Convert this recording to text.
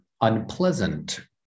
unpleasant